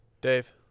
Dave